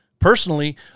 Personally